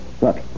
Look